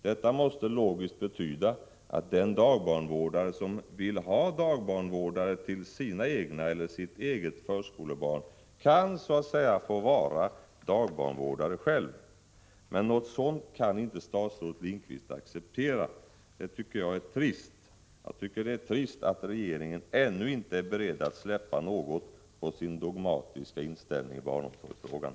Detta måste logiskt betyda att den dagbarnvårdare som vill ha dagbarnvårdare till sina egna eller sitt eget förskolebarn så att säga kan få vara det själv. Men något sådant kan inte statsrådet Lindqvist acceptera. Det är trist att regeringen ännu inte är beredd att släppa något på sin dogmatiska inställning i barnomsorgsfrågan.